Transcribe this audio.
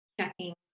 checking